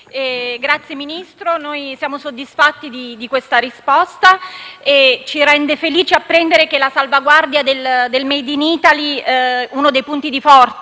Signor Ministro, siamo soddisfatti di questa risposta e ci rende felici apprendere che la salvaguardia del *made in Italy*, uno dei punti di forza